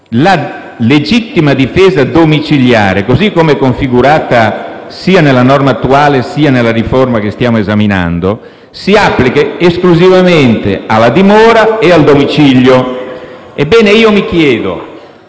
la legittima difesa domiciliare, così come configurata sia nella norma attuale, sia nella riforma che stiamo esaminando, si applica esclusivamente alla dimora e al domicilio. Ebbene, io mi chiedo